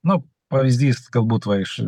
na pavyzdys galbūt va iš